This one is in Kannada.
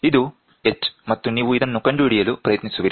ಇದು h ಮತ್ತು ನೀವು ಇದನ್ನು ಕಂಡುಹಿಡಿಯಲು ಪ್ರಯತ್ನಿಸುವಿರಿ